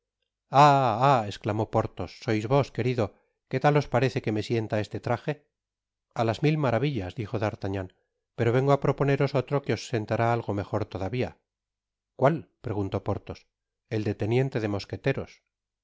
ah esclamó porthos sois vos querido que tal os parece que me sienta este traje a las mil maravillas dijo d'artagnan pero vengo á proponeros otro que os sentará algo mejor todavía cuál preguntó porthos el de teniente de mosqueteros